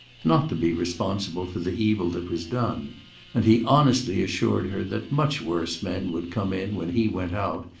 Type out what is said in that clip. not to be responsible for the evil that was done and he honestly assured her that much worse men would come in when he went out,